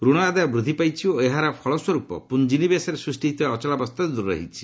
ଋଣ ଆଦାୟ ବୃଦ୍ଧି ପାଇଛି ଓ ଏହାର ଫଳସ୍ୱର୍ପ ପ୍ରଞ୍ଜିନିବେଶରେ ସୃଷ୍ଟି ହୋଇଥିବା ଅଚଳାବସ୍ଥା ଦ୍ୱର ହୋଇଛି